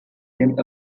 them